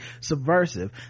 subversive